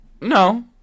No